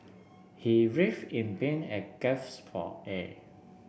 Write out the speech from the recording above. he writhed in pain and gasped for air